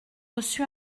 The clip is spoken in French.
reçu